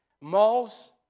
malls